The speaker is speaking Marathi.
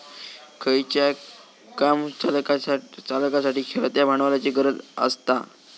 खयचाय काम चलाच्यासाठी खेळत्या भांडवलाची गरज आसता